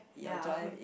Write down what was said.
ya I'll make